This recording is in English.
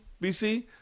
BC